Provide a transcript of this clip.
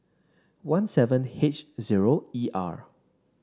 one seven H zero E R